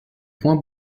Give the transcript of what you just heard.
points